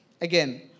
again